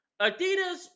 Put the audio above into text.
Adidas